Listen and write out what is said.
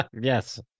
Yes